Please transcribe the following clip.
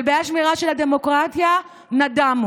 כלבי השמירה של הדמוקרטיה נדמו.